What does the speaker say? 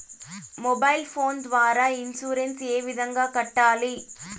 mobile phone ద్వారా insurance ఏ విధంగా కట్టాలి